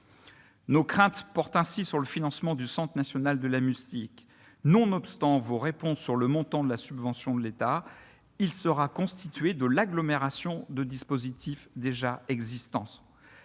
Nos craintes portent aussi sur le financement du Centre national de la musique. Nonobstant vos réponses sur le montant de la subvention de l'État, ce financement sera constitué par l'agglomération de dispositifs déjà existants